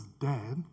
dead